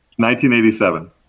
1987